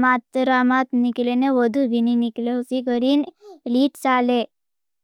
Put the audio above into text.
मात्ते रामात निकलेने। वदु बिनी निकलेने, हुसी गरीन लीच चाले।